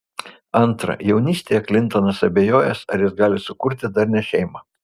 antra jaunystėje klintonas abejojęs ar jis gali sukurti darnią šeimą